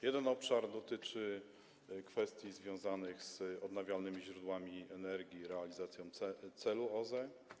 Jeden obszar dotyczy kwestii związanych z odnawialnymi źródłami energii i realizacją celu OZE.